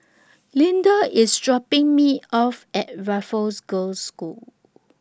Leander IS dropping Me off At Raffles Girls' School